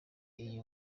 iyi